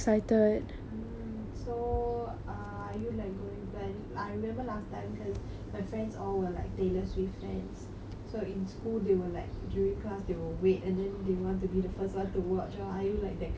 mm so are you like going planning I remember last time because my friends all were like Taylor Swift fans so in school they were like during class they will wait and then they want to be the first to watch all are you like that kind of crazy